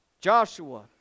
Joshua